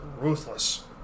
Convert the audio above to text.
ruthless